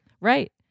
Right